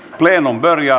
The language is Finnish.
plenum börjar